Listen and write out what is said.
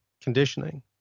conditioning